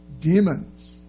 demons